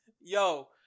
Yo